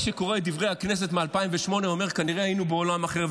מי שקורא את דברי הכנסת מ-2008 אומר: כנראה היינו בעולם אחר.